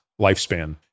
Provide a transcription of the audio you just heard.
lifespan